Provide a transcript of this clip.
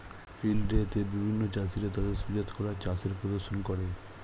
field day তে বিভিন্ন চাষীরা তাদের সুজাত করা চাষের প্রদর্শন করে